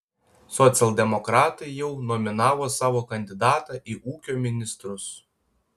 socialdemokratai jau nominavo savo kandidatą į ūkio ministrus